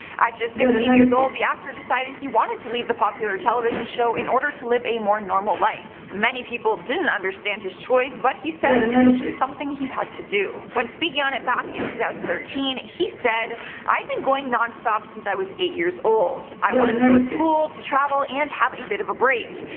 just sixteen years old, the actor decided he wanted to leave the popular television show in order to live a more normal life. many people didn't understand his choice, but he says it was just something he had to do. when speaking on it back in two thousand and thirteen he said i'd been going nonstop since i was eight years old. i wanted to go to school, to to ravel and have a bit of a break.